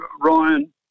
Ryan